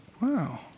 wow